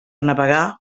navegar